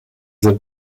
sind